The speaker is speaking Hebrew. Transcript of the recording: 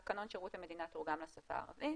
תקנון שירות המדינה תורגם לשפה הערבית,